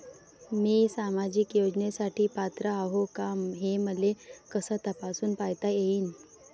मी सामाजिक योजनेसाठी पात्र आहो का, हे मले कस तपासून पायता येईन?